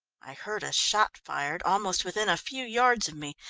i heard a shot fired, almost within a few yards of me,